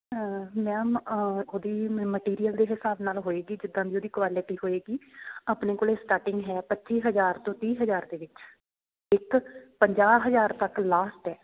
ma'am ਉਹਦੀ ਮੈ material ਦੇ ਹਿਸਾਬ ਨਾਲ ਹੋਏਗੀ ਜਿੱਦਾਂ ਦੀ ਉਹਦੀ ਕੁਆਲਿਟੀ ਹੋਏਗੀ ਆਪਣੇ ਕੋਲੇ ਸਟਾਰਟਿੰਗ ਹੈ ਪੱਚੀ ਹਜ਼ਾਰ ਤੋਂ ਤੀਹ ਹਜ਼ਾਰ ਦੇ ਵਿੱਚ ਇੱਕ ਪੰਜਾਹ ਹਜ਼ਾਰ ਤੱਕ ਲਾਸਟ ਏ